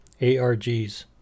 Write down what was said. ARGs